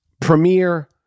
Premier